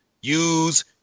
use